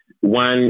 one